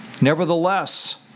Nevertheless